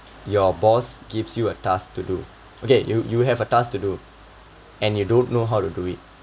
your boss gives you a task to do okay you you have a task to do and you don't know how to do it